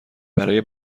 برای